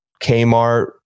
Kmart